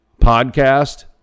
podcast